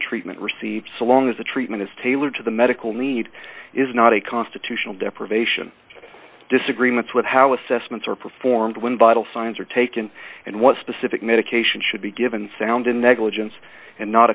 treatment received so long as the treatment is tailored to the medical need is not a constitutional deprivation disagreements with how assessments are performed when vital signs are taken and what specific medication should be given sound in negligence and not a